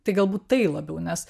tai galbūt tai labiau nes